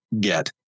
get